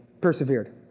persevered